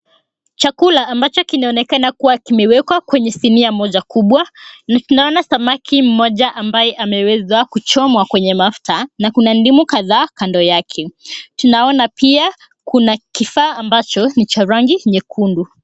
Chakula ambacho kinaonekana kuwa kimewekwa kwenye sinia moja kubwa. Nikiona samaki mmoja ambaye ameweza kuchomwa kwenye mafuta na kuna ndimu kadhaa kando yake. Tunaona pia kuna kifaa ambacho ni cha rangi nyekundu.